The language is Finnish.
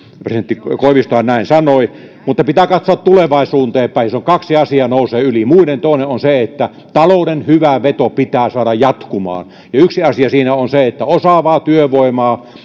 presidentti koivistohan näin sanoi me tiedämme sen mutta pitää katsoa tulevaisuuteen päin kaksi asiaa nousee yli muiden toinen on se että talouden hyvä veto pitää saada jatkumaan ja yksi asia siinä on se että osaavaa työvoimaa